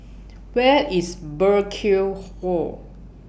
Where IS Burkill Hall